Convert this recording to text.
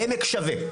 'עמק שווה',